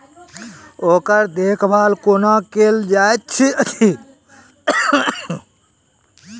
ओकर देखभाल कुना केल जायत अछि?